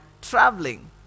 traveling